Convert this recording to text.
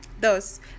Thus